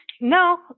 No